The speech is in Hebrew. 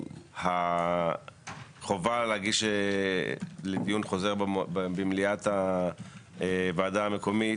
שהחובה להגיש לדיון חוזר במליאת הוועדה המקומית,